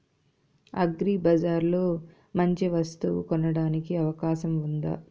అగ్రిబజార్ లో మంచి వస్తువు కొనడానికి అవకాశం వుందా?